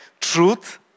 Truth